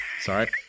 sorry